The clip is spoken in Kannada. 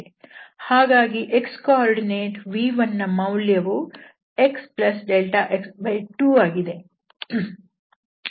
ಹಾಗಾಗಿ x ನಿರ್ದೇಶಾಂಕ v1ನ ಮೌಲ್ಯವು xδx2 ಆಗಿ ಸ್ಥಿರವಾಗಿದೆ